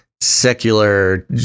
secular